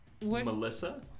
Melissa